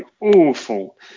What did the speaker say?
awful